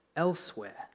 elsewhere